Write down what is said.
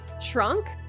shrunk